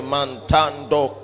Mantando